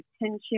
attention